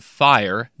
fire